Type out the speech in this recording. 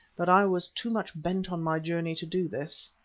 but i was too much bent on my journey to do this.